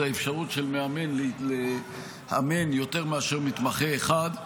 האפשרות של מאמן לאמן יותר מאשר מתמחה אחד,